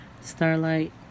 Starlight